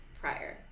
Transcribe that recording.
prior